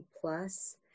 plus